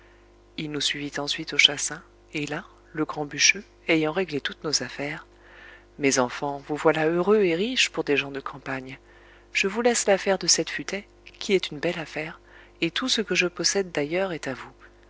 il nous suivit ensuite au chassin et là le grand bûcheux ayant réglé toutes nos affaires mes enfants vous voilà heureux et riches pour des gens de campagne je vous laisse l'affaire de cette futaie qui est une belle affaire et tout ce que je possède d'ailleurs est à vous